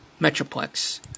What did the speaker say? Metroplex